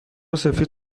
سفید